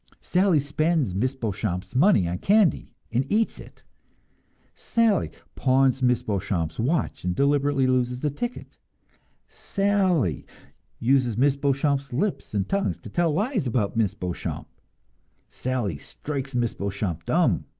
sally spends miss beauchamp's money on candy, and eats it sally pawns miss beauchamp's watch and deliberately loses the ticket sally uses miss beauchamp's lips and tongue to tell lies about miss beauchamp sally strikes miss beauchamp dumb,